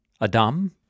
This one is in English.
Adam